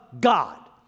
God